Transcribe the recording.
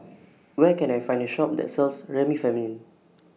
Where Can I Find A Shop that sells Remifemin